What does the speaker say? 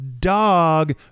dog